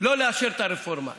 לא לאשר את הרפורמה.